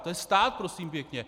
To je stát, prosím pěkně.